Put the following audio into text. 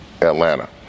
Atlanta